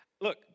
Look